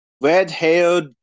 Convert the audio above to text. red-haired